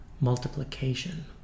Multiplication